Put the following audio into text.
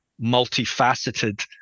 multifaceted